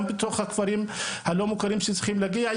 בתוך הכפרים הלא מוכרים שצריכים להגיע,